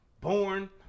born